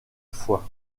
foie